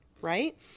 Right